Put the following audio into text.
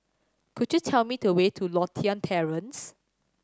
could you tell me the way to Lothian Terrace